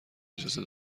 اجازه